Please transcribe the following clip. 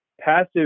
passive